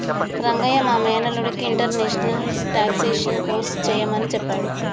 రంగయ్య మా మేనల్లుడికి international taxation course సెయ్యమని సెప్పాడు